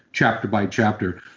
chapter by chapter.